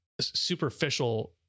superficial